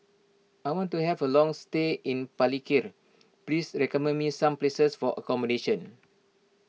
I want to have a long stay in Palikir please recommend me some places for accommodation